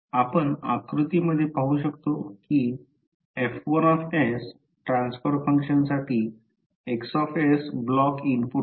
आपण आकृती मध्ये पाहू शकतो की F1 ट्रान्सफर फंक्शनसाठी X ब्लॉक इनपुट आहे